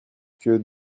que